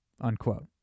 Unquote